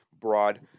broad